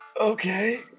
Okay